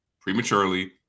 prematurely